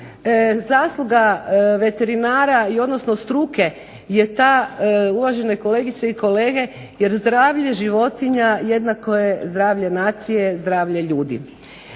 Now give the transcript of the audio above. Zasluga veterinara odnosno struke je ta uvažene kolegice i kolege jer zdravlje životinja jednako je zdravlje nacije, zdravlje ljudi.